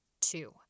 two